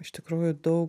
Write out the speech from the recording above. iš tikrųjų daug